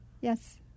Yes